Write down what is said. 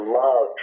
love